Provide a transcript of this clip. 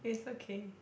it's okay